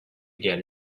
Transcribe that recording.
get